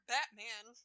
Batman